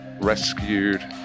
rescued